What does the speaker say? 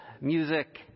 music